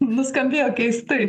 nuskambėjo keistai